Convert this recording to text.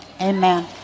Amen